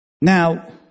Now